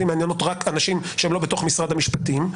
מעניינות רק אנשים שהם לא בתוך משרד המשפטים.